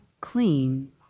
clean